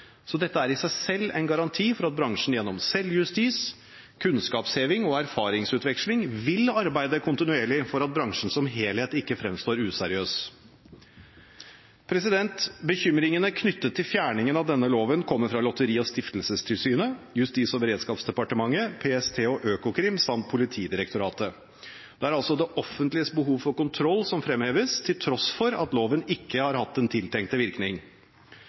Så dette er i seg selv en garanti for at bransjen gjennom selvjustis, kunnskapsheving og erfaringsutveksling vil arbeide kontinuerlig for at bransjen som helhet ikke fremstår useriøs. Bekymringene knyttet til fjerningen av denne loven kommer fra Lotteri- og stiftelsestilsynet, Justis- og beredskapsdepartementet, PST og Økokrim samt Politidirektoratet. Det er altså det offentliges behov for kontroll som fremheves, til tross for at loven ikke har hatt den tiltenkte virkning.